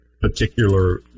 particular